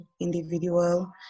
individual